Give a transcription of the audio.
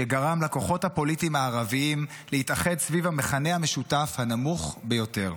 שגרם לכוחות הפוליטיים הערביים להתאחד סביב המכנה המשותף הנמוך ביותר,